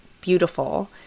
beautiful